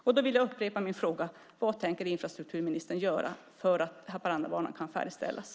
Jag vill upprepa min fråga: Vad tänker infrastrukturministern göra för att Haparandabanan ska kunna färdigställas?